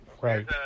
Right